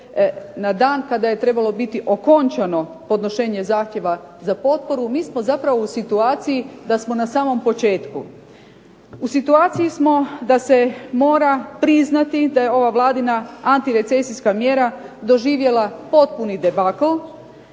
na dan kada je trebalo biti okončano podnošenje zahtjeva za potporu, mi smo zapravo u situaciji da smo na samom početku. U situaciji smo da se mora priznati da je ova Vladina antirecesijska mjera doživjela potpuni debakl,